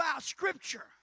Scripture